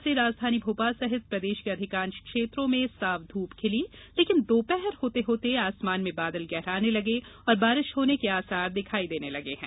आज सुबह से राजधानी भोपाल सहित प्रदेश के अधिकांश क्षेत्रों में साफ धूप खिली लेकिन दोपहर होते होते आसमान में बादल गहराने लगे और बारिश होने के आसार दिखाई देने लगे हैं